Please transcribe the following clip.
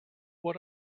what